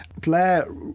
Blair